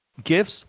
Gifts